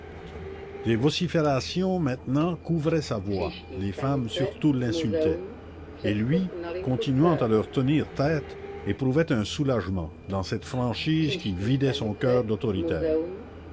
des vociférations maintenant couvraient sa voix les femmes surtout l'insultaient et lui continuant à leur tenir tête éprouvait un soulagement dans cette franchise qui vidait son coeur d'autoritaire